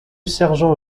sergent